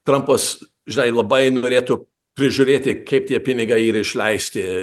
trampas žinai labai norėtų prižiūrėti kaip tie pinigai yra išleisti